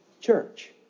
church